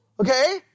okay